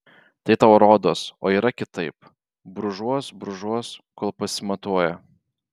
tai tau rodos o yra kitaip brūžuos brūžuos kol pasimatuoja